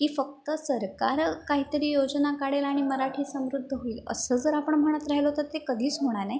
की फक्त सरकार काहीतरी योजना काढेल आणि मराठी समृद्ध होईल असं जर आपण म्हणत राहिलो तर ते कधीच होणार नाही